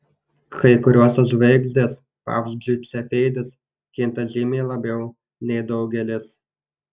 kai kurios žvaigždės pavyzdžiui cefeidės kinta žymiai labiau nei daugelis